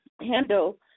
handle